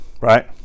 right